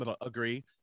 agree